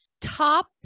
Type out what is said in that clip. top